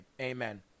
amen